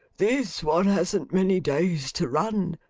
this one hasn't many days to run,